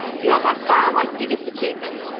you are by far my biggest achievement.